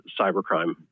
cybercrime